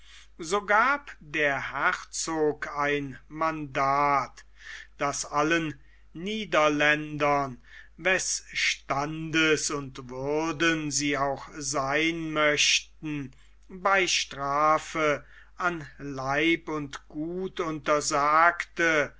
so gab der herzog ein mandat das allen niederländern weß standes und würden sie auch sein möchten bei strafe an leib und gut